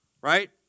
right